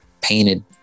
painted